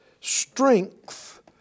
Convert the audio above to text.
strength